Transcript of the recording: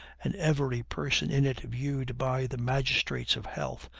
and every person in it viewed by the magistrates of health,